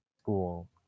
school